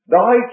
Thy